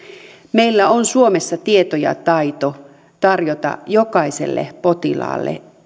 meillä on suomessa tieto ja taito tarjota jokaiselle potilaalle